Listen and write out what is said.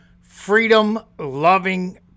freedom-loving